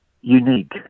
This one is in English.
unique